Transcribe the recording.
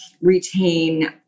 retain